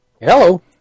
Hello